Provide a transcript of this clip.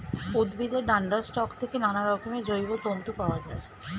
উদ্ভিদের ডান্ডার স্টক থেকে নানারকমের জৈব তন্তু পাওয়া যায়